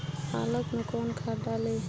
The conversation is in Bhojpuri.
पालक में कौन खाद डाली?